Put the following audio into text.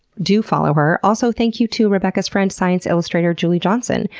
do follow her! also, thank you to rebecca's friend, science illustrator julie johnson,